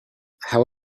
how